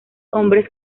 hombres